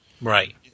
right